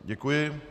Děkuji.